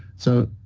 so,